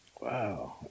Wow